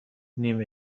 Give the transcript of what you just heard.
نیمه